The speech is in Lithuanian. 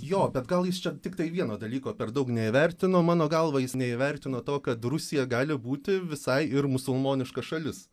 jo bet gal jis čia tiktai vieno dalyko per daug neįvertino mano galva jis neįvertino to kad rusija gali būti visai ir musulmoniška šalis